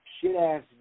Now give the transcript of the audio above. shit-ass